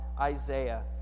Isaiah